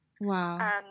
Wow